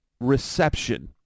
reception